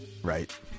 right